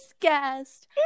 guest